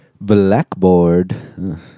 Blackboard